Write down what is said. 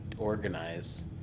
organize